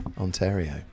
Ontario